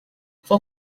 for